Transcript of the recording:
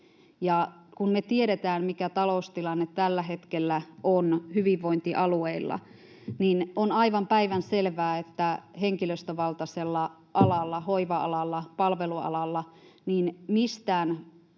Kun me tiedetään, mikä taloustilanne tällä hetkellä on hyvinvointialueilla, niin on aivan päivänselvää, että henkilöstövaltaisella alalla, hoiva-alalla, palvelualalla, mistään